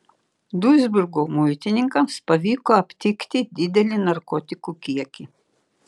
duisburgo muitininkams pavyko aptikti didelį narkotikų kiekį